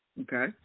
Okay